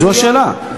זו השאלה.